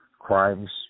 Crimes